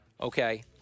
Okay